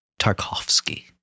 Tarkovsky